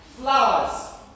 flowers